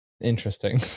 Interesting